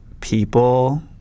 people